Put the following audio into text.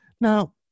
Now